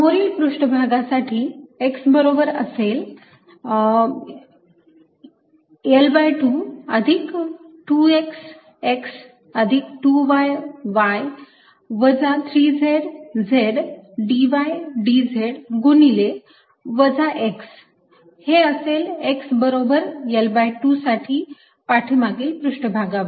समोरील पृष्ठभागात साठी x बरोबर असेल L2 अधिक 2x x अधिक 2y y वजा 3z z dy dz गुणिले वजा x हे असेल x बरोबर L2 साठी पाठीमागील पृष्ठभागावर